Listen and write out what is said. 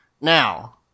Now